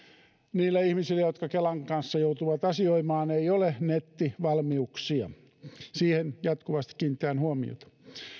niillä ihmisillä jotka kelan kanssa joutuvat asioimaan ei ole nettivalmiuksia siihen jatkuvasti kiinnitetään huomiota